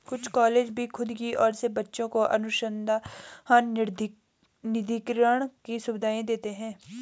कुछ कॉलेज भी खुद की ओर से बच्चों को अनुसंधान निधिकरण की सुविधाएं देते हैं